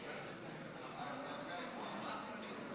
על הצעת חוק לתיקון פקודת מס הכנסה,